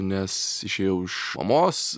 nes išėjau iš mamos